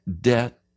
debt